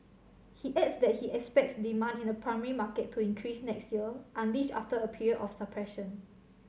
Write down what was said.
he adds that he expects demand in the primary market to increase next year unleashed after a period of suppression